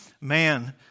man